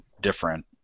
different